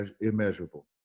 immeasurable